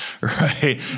right